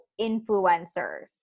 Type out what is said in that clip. influencers